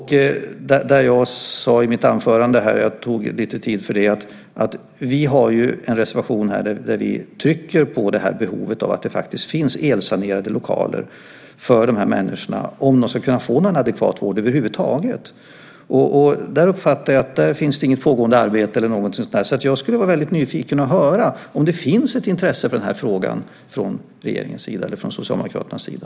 Jag sade i mitt anförande - jag tog lite tid till det - att vi har en reservation där vi trycker på behovet av att det faktiskt finns elsanerade lokaler för de här människorna om de ska kunna få någon adekvat vård över huvud taget. Jag uppfattar att det inte finns något pågående arbete där. Jag är väldigt nyfiken på att höra om det finns ett intresse för den här frågan från regeringens eller Socialdemokraternas sida.